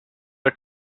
the